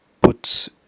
puts